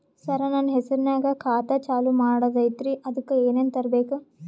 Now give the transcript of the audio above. ಸರ, ನನ್ನ ಹೆಸರ್ನಾಗ ಖಾತಾ ಚಾಲು ಮಾಡದೈತ್ರೀ ಅದಕ ಏನನ ತರಬೇಕ?